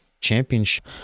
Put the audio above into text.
championship